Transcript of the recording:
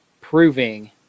proving